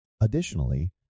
Additionally